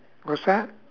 what's that